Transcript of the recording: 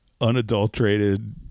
unadulterated